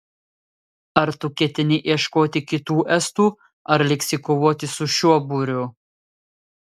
ar tu ketini ieškoti kitų estų ar liksi kovoti su šiuo būriu